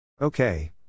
Okay